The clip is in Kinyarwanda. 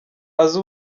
azi